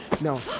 no